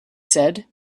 said